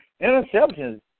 interceptions